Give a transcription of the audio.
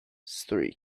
three